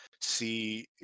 see